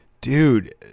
Dude